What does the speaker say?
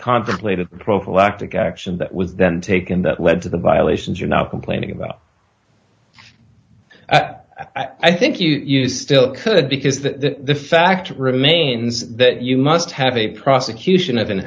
contemplated prophylactic action that was then taken that led to the violations are now complaining about i think you use still could because the fact remains that you must have a prosecution of an